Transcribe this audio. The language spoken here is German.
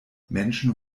menschen